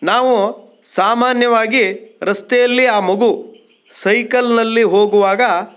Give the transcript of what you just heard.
ನಾವು ಸಾಮಾನ್ಯವಾಗಿ ರಸ್ತೆಯಲ್ಲಿ ಆ ಮಗು ಸೈಕಲ್ನಲ್ಲಿ ಹೋಗುವಾಗ